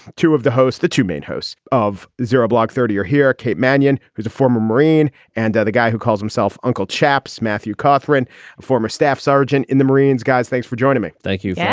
two of the hosts, the two main hosts of zero block thirty, are here, kate manyon, who's a former marine, and the guy who calls himself uncle chaps. matthew katherine, a former staff sergeant in the marines. guys, thanks for joining me. thank you. yeah